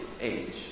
age